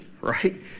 right